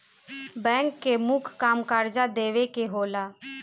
bank के मुख्य काम कर्जा देवे के होला